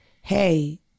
hey